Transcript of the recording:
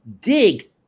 dig